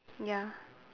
ya